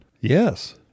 Yes